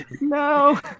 No